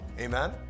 Amen